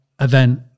event